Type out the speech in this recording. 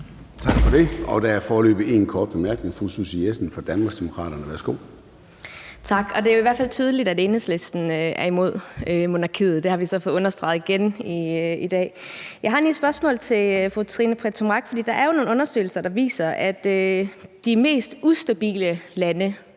Tak for det. Der er foreløbig en kort bemærkning. Fru Susie Jessen fra Danmarksdemokraterne. Værsgo. Kl. 13:51 Susie Jessen (DD): Tak. Det er i hvert fald tydeligt, at Enhedslisten er imod monarkiet. Det har vi så fået understreget igen i dag. Jeg har lige et spørgsmål til fru Trine Pertou Mach, for der er jo nogle undersøgelser, der viser, at de mest ustabile lande